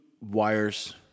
wires